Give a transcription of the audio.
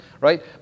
right